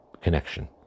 connection